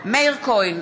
מאיר כהן,